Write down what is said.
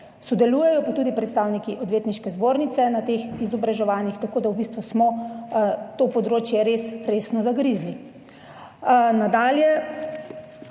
Sodelujejo pa tudi predstavniki Odvetniške zbornice na teh izobraževanjih, tako da smo v bistvu v to področje res resno zagrizli.